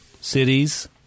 Cities